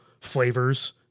flavors